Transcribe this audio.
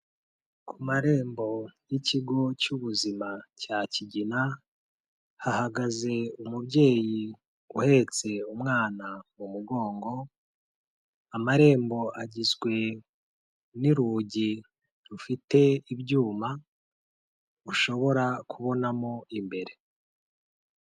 Ku marembo y'Ikigo cy'Ubuzima cya Kigina hahagaze umubyeyi uhetse umwana mu mugongo, amarembo agizwe n'irugi rufite ibyuma, bushobora kubonamo imbere.